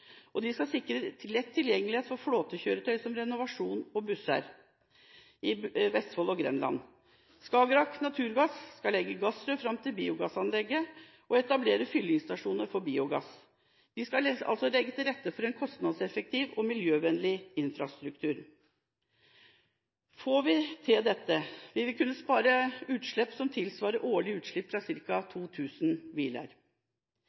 sikre lett tilgjengelighet for flåtekjøretøy, som renovasjonsbiler og busser, i Vestfold og Grenland. Skagerak Naturgass skal legge gassrør fram til biogassanlegget og etablere fyllingsstasjoner for biogass. De skal altså legge til rette for en kostnadseffektiv og miljøvennlig infrastruktur. Får vi til dette, vil vi kunne spare utslipp som tilsvarer et årlig utslipp fra